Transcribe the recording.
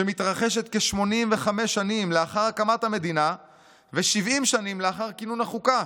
שמתרחשת כ-85 שנים לאחר הקמת המדינה ו-70 שנים לאחר כינון החוקה.